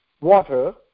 water